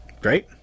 Great